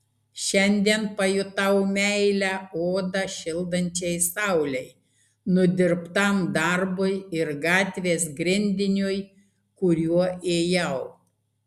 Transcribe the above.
šiandien pajutau meilę odą šildančiai saulei nudirbtam darbui ir gatvės grindiniui kuriuo ėjau